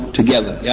together